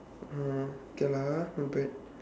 oh okay lah ah not bad